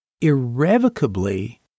irrevocably